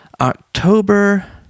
October